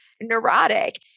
neurotic